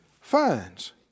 finds